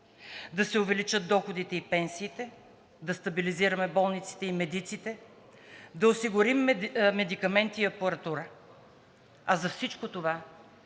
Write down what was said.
да се увеличат доходите и пенсиите, да стабилизираме болниците и медиците, да осигурим медикаменти и апаратура. А за всичко това